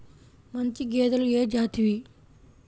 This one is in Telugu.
మంచి గేదెలు ఏ జాతివి?